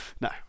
no